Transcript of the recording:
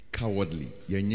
cowardly